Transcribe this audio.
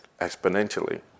exponentially